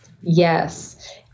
Yes